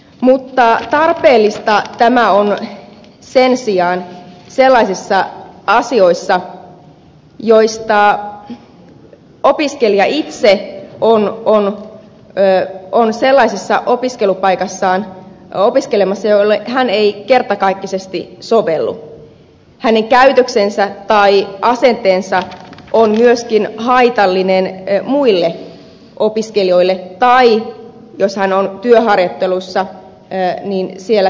mutta tarpeellista tämä on sen sijaan sellaisissa asioissa joissa opiskelija itse on sellaisessa opiskelupaikassa opiskelemassa johon hän ei kertakaikkisesti sovellu hänen käytöksensä tai asenteensa on myöskin haitallinen muille opiskelijoille tai jos hän on työharjoittelussa niin siellä työpaikallansa